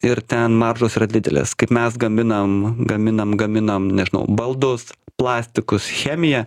ir ten maržos yra didelės kaip mes gaminam gaminam gaminam nežinau baldus plastikus chemiją